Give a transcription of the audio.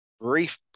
brief